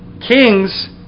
Kings